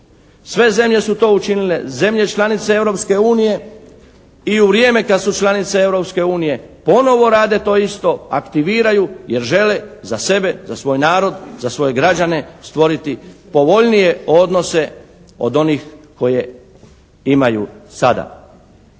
Sve zemlje su to učinile. Zemlje članice Europske unije i u vrijeme kad su članice Europske unije ponovo rade to isto, aktiviraju jer žele za sebe, za svoj narod, za svoje građane stvoriti povoljnije odnose od onih koje imaju sada.